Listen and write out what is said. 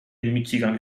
michigan